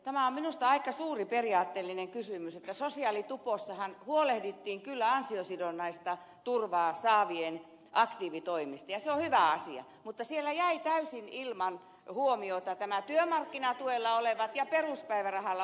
tämä on minusta aika suuri periaatteellinen kysymys että sosiaalitupossahan huolehdittiin kyllä ansiosidonnaista turvaa saavien aktiivitoimista ja se on hyvä asia mutta siellä jäivät täysin ilman huomiota työmarkkinatuella olevat ja peruspäivärahalla olevat